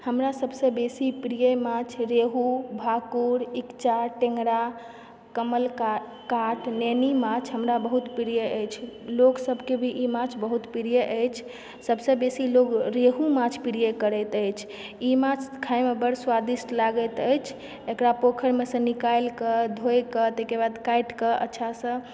हमरा सबसँ बेसी प्रिय माछ रेहू भाकुर इच्चा टेङ्गरा कमलकाट नैनी माछ हमरा बहुत प्रिय अछि लोक सबके भी ई माछ बहुत प्रिय अछि सबसऽ बेसी लोग रेहू माछ प्रिय करैत अछि ई माछ खाइमे बड़ स्वादिष्ट लागैत अछि एकरा पोखरिमेसऽ निकालिकऽ धोइकऽ तैके बाद काटिकऽ अच्छासऽ